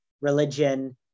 religion